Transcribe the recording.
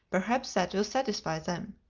perhaps that will satisfy them.